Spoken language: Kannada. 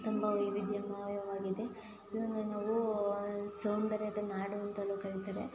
ತುಂಬ ವೈವಿಧ್ಯಮಯವಾಗಿದೆ ಇದನ್ನು ನಾವೂ ಸೌಂದರ್ಯದ ನಾಡು ಅಂತಲೂ ಕರಿತಾರೆ